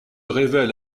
révèle